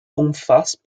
umfasst